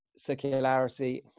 Circularity